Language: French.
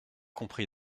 compris